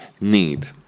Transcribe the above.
need